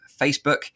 Facebook